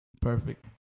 Perfect